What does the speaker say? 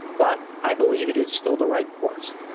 but i believe it is still the right course.